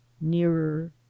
nearer